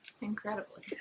incredibly